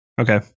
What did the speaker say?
Okay